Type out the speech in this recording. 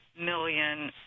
million